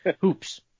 hoops